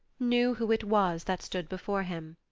knew who it was that stood before him.